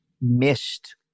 missed